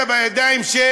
אלא בידיים של